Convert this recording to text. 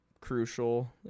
crucial